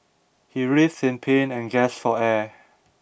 he writhed in pain and gasped for air